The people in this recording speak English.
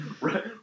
Right